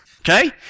okay